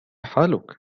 حالك